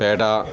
peda